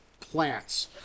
plants